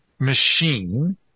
machine